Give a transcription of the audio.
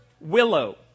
willow